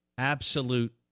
absolute